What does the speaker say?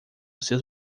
seus